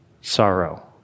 sorrow